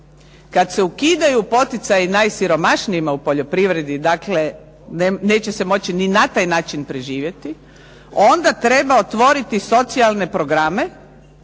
kad se ukidaju poticaji najsiromašnijima u poljoprivredi, dakle neće se moći ni na taj način preživjeti, onda treba otvoriti socijalne programe